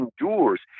endures